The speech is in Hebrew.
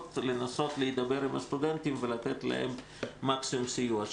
לנסות להידבר עם הסטודנטים ולתת להם מקסימום סיוע.